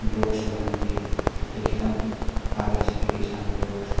blogs भवन्ति तत्र लिखितानि आगच्छन्ति तेषां ब्लोग्स्